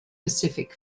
pacific